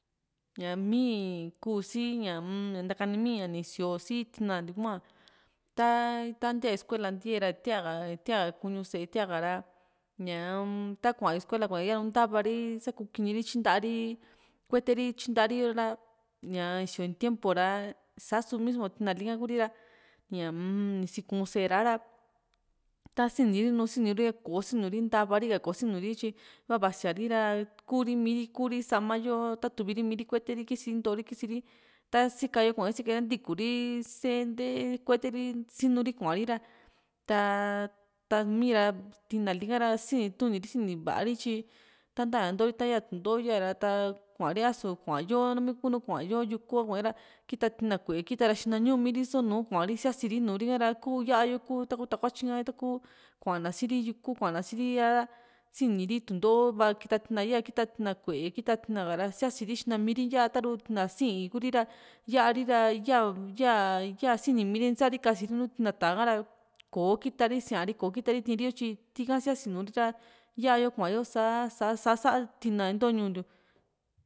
ñaa mii in kuu´si ña ntakani mi ña ni sioo si tina ntiu hua ta ta ntiae escuela ntiia ra in tia´ka kuñu ka sée ntiaka ra ñaa-m ta kuayu eskuela kuayu ra ntava ri sakukini ri tyinta kuete ri tyintari´yo ra ñaa sioo in tiempu sa su mismo tina li´ka ku´ri ra ñaa-m ni sikuu´n sée ha´ra tasini ri nùù sini ri kò´o sinu ri ntava ri ka kò´o sinuri tyi iva vasia´ri ra kuuri mii´ri ku´ri sama yo tatuvi ri mii´ri kuete ri kisnto ri kisi´n ri ta sika yo kuayo sika yo ntikuri si ntee ri kuete ri sinu ri kuari ra ta taa mii´ra tina lika ra sini tuuni va´a ri tyi ta ntaña ntoo ri ta yaa tundoó ya ra kuari a su kuayo nami kunu kuayo yuku kuae´ra kita tina kue kita ra xina ñu´mi ri isonuu kuari sia´siri nuu´ri ha ra kuu yaayo ku takuatyi ta ku kuana siri yuku kuana siiri a´ra sini ri tundoó va kita tina kuue kita tina ka´ra siasi ri xina mii´ri ya´a ta´ru tina sii´n Kuri ra ya´a ri ra ya ya sini miri intyi sa´ri kasi ri nùù tina tá´a ha´ra kò´o kita ri sia´ri kò´o kita ri tii´nri yo tyi ti´ha siasi nùù ri ra ya´yo kuayo sa´a sa´sa tina into ñuu ntiu